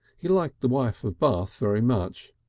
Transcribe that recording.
he liked the wife of bath very much.